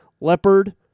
Leopard